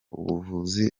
ubuvuzi